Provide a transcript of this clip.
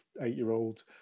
eight-year-old